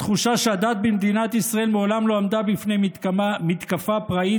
התחושה שהדת במדינת ישראל מעולם לא עמדה בפני מתקפה פראית,